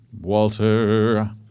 Walter